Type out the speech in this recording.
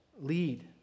lead